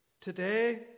Today